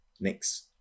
next